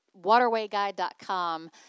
waterwayguide.com